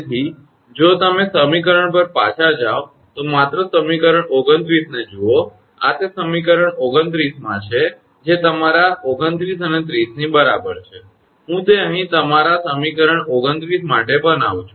તેથી જો તમે સમીકરણ પર પાછા જાઓ તો માત્ર સમીકરણ 29 ને જુઓ આ તે સમીકરણ 29 માં છે જે તમારા 29 અને 30 ની બરાબર છે હું તે અહીં તમારા સમીકરણ 29 માટે બનાવું છું